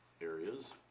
areas